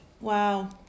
Wow